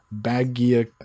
Bagia